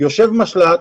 יושב משל"ט,